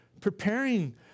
preparing